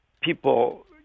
people